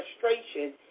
frustration